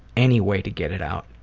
any way to get it out.